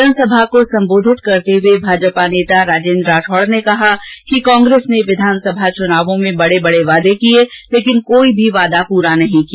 जनसभा को संबोधित करते हुए भाजपा नेता राजेन्द्र राठौड़ ने कहा कि कांग्रेस ने विधानसभा चुनावों में बडे बडे वादे किए लेकिन कोई भी वादा पूरा नहीं किया